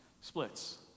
splits